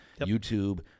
YouTube